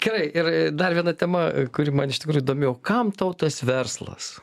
gerai ir a dar viena tema kuri man ištikrūjų įdomi o kam tau tas verslas